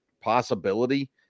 possibility